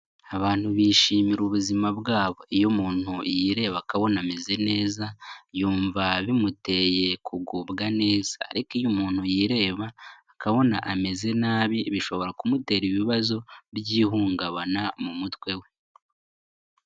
Abantu bishimira ubuzima bwabo. Iyo umuntu yireba akabona ameze neza, yumva bimuteye kugubwa neza ariko iyo umuntu yireba akabona ameze nabi, bishobora kumutera ibibazo by'ihungabana mu mutwe we.